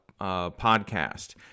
podcast